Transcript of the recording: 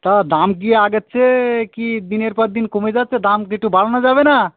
তা দাম কি আগের চেয়ে কি দিনের পর দিন কমে যাচ্ছে দাম একটু বাড়ানো যাবে না